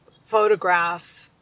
photograph